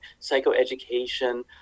psychoeducation